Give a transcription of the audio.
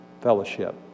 fellowship